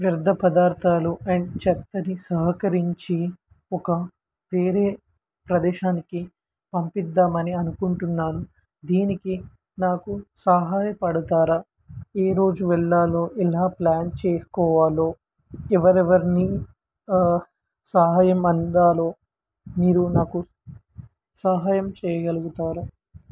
వ్యర్ధ పదార్థాలు అండ్ చెత్తనిసేకరించి ఒక వేరే ప్రదేశానికి పంపించుదామని అనుకుంటున్నాను దీనికి నాకు సహాయపడతారా ఏ రోజు వెళ్ళాలో ఎలా ప్లాన్ చేసుకోవాలో ఎవరెవరి సహాయం అందాలో మీరు నాకు సహాయం చెయ్యగలుగుతారా